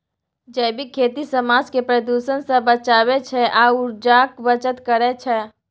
जैबिक खेती समाज केँ प्रदुषण सँ बचाबै छै आ उर्जाक बचत करय छै